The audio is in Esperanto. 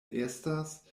estas